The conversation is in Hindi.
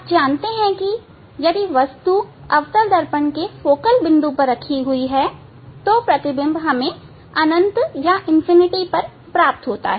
आप जानते हैं कि यदि वस्तु अवतल दर्पण के फोकल बिंदु पर रखी हुई है तो प्रतिबिंब अनंत पर प्राप्त होगा